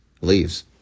leaves